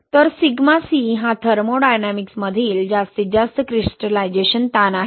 तर sigma C हा थर्मोडायनामिक्समधील जास्तीत जास्त क्रिस्टलायझेशन ताण आहे